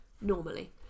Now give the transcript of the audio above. normally